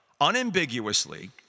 unambiguously